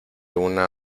una